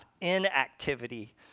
inactivity